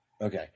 Okay